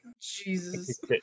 Jesus